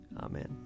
Amen